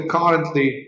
currently